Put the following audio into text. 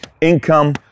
Income